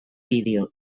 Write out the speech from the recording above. vídeo